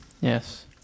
Yes